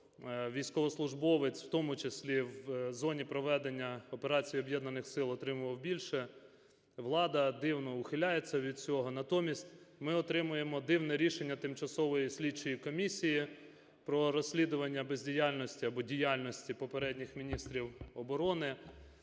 військовослужбовець, в тому числі в зоні проведення операції Об'єднаних сил отримував більше, влада дивно ухиляється від цього, натомість ми отримуємо дивне рішення Тимчасової слідчої комісії про розслідування бездіяльності або діяльності попередніх міністрів оборони,